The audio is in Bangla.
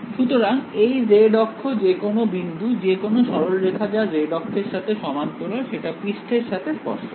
সুতরাং এই z অক্ষ যে কোন বিন্দু যে কোনো সরলরেখা যা z অক্ষের সাথে সমান্তরাল সেটা পৃষ্ঠের সাথে স্পর্শক